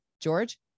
George